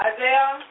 Isaiah